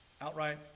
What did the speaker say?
Outright